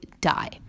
die